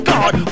God